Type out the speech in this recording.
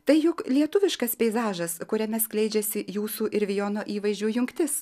tai juk lietuviškas peizažas kuriame skleidžiasi jūsų ir vijono įvaizdžių jungtis